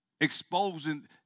exposing